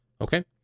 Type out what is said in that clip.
Okay